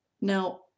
Now